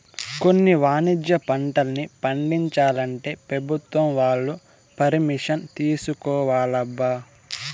కొన్ని వాణిజ్య పంటల్ని పండించాలంటే పెభుత్వం వాళ్ళ పరిమిషన్ తీసుకోవాలబ్బా